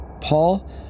Paul